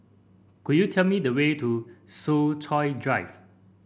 could you tell me the way to Soo Chow Drive